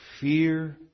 fear